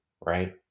Right